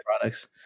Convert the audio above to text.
products